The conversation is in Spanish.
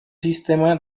sistema